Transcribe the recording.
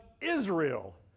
Israel